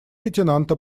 лейтенанта